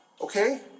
okay